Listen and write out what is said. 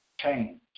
change